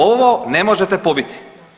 Ovo ne možete pobiti.